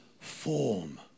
form